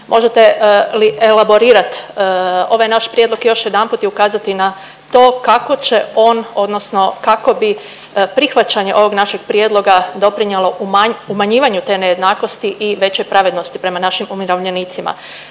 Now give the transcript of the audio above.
Možete li elaborirati ovaj naš prijedlog još jedanput i ukazati na to kako će on odnosno kako bi prihvaćanje ovog našeg prijedloga doprinijelo umanjivanju te nejednakosti i veće pravednosti prema našim umirovljenicima.